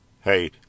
Hey